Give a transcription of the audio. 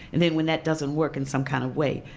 and then when that doesn't work in some kind of way,